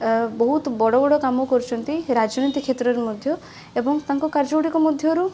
ଏ ବହୁତ ବଡ଼ ବଡ଼ କାମ କରିଛନ୍ତି ରାଜନୀତି କ୍ଷେତ୍ରରେ ମଧ୍ୟ ଏବଂ ତାଙ୍କ କାର୍ଯ୍ୟଗୁଡ଼ିକ ମଧ୍ୟରୁ